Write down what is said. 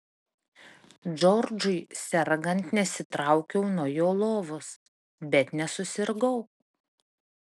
džordžui sergant nesitraukiau nuo jo lovos bet nesusirgau